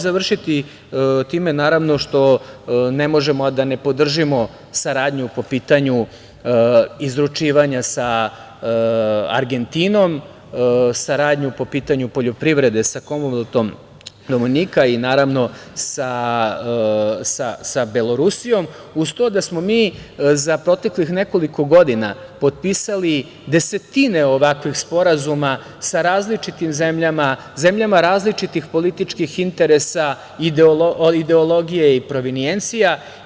Završiću time što ne možemo a da ne podržimo saradnju po pitanju izručivanja sa Argentinom, saradnju po pitanju poljoprivrede sa Komonveltom Dominika i sa Belorusijom, uz to da smo mi za proteklih nekoliko godina potpisali desetine ovakvih sporazuma sa različitim zemljama, zemljama različitih političkih interesa, ideologija i provinijencija.